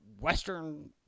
Western